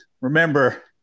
remember